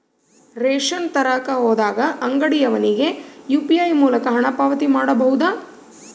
Ration ತರಕ ಹೋದಾಗ ಅಂಗಡಿಯವನಿಗೆ ಯು.ಪಿ.ಐ ಮೂಲಕ ಹಣ ಪಾವತಿ ಮಾಡಬಹುದಾ?